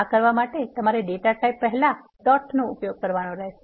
આ કરવા માટે તમારે ડેટા ટાઇપ પહેલા ડોટ ઉપયોગ કરવાનો રહેશે